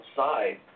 outside